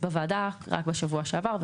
בוועדה רק בשבוע שעבר,